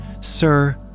Sir